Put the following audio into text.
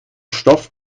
stoff